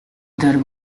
there